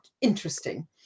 interesting